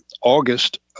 August